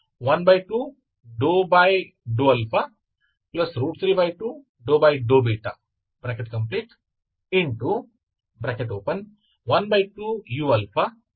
ಹೀಗಾಗಿ ಇದು uxx ಮೌಲ್ಯಗಳಾಗಿದೆ